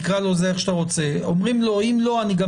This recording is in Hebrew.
תקרא לו איך שאתה רוצה ואומרים לו "אם לא אני גם